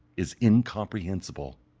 is incomprehensible.